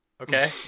Okay